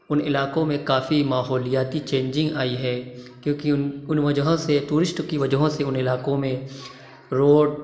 اُن علاقوں میں کافی ماحولیاتی چینجنگ آئی ہے کیونکہ اُن اُن وجہ سے ٹورسٹ کی وجہ سے اُن علاقوں میں روڈ